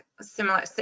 similar